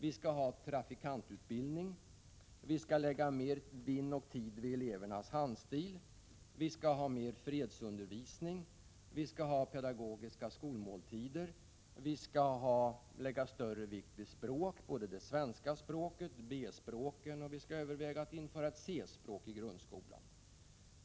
Vi skall ha trafikantutbildning, vi skall lägga oss vinn om och ägna mer tid åt elevernas handstil och vi skall ha mer fredsundervisning. Vi skall ha pedagogiska skolmåltider, och vi skall lägga större vikt vid språken, både det svenska språket och B-språken. Vi skall överväga att införa ett C-språk i grundskolan.